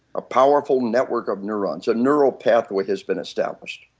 a powerful network of neurons, a neural pathway has been established.